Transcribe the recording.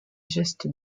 gestes